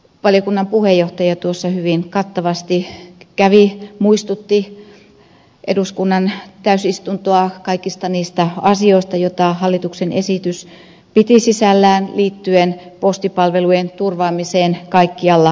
valiokunnan puheenjohtaja hyvin kattavasti muistutti eduskunnan täysistuntoa kaikista niistä asioista joita hallituksen esitys piti sisällään liittyen postipalvelujen turvaamiseen kaikkialla maassa